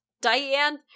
Diane